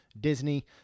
disney